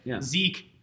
Zeke